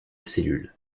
cellule